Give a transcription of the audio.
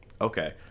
Okay